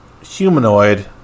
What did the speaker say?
humanoid